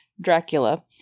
dracula